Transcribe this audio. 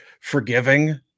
forgiving